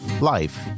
life